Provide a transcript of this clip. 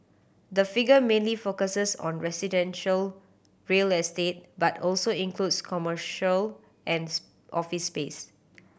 the figure mainly focuses on residential real estate but also includes commercial and office space